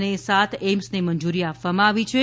અને સાત એઇમ્સને મંજુરી આપવામાં આવી છે